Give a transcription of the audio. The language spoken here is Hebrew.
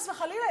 חס וחלילה,